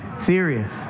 Serious